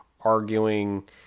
arguing